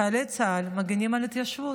חיילי צה"ל מגינים על ההתיישבות.